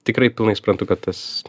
tikrai pilnai suprantu kad tas